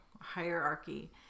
hierarchy